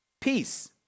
Peace